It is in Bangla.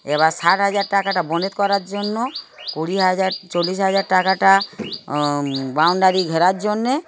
এবার ষাট হাজার টাকাটা বনেত করার জন্য কুড়ি হাজার চল্লিশ হাজার টাকাটা বাউন্ডারি ঘেরার জন্যে